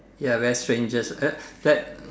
ya very strangest that that